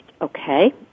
Okay